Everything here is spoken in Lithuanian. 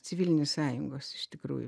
civilinės sąjungos iš tikrųjų